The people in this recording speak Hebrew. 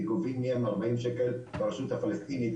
כי גובים מהם ארבעים שקל מהרשות הפלסטינית,